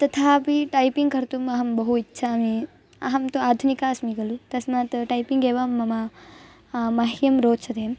तथापि टैपिङ्ग् कर्तुम् अहं बहु इच्छामि अहं तु आधुनिका अस्मि खलु तस्मात् टैपिङ्गेव मम मह्यं रोचते